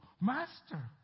Master